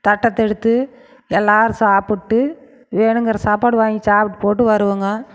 தட்டத்தை எடுத்து எல்லாேரும் சாப்பிட்டு வேணுமெங்கிற சாப்பாடு வாங்கி சாப்பிட்டு போட்டு வருவோங்க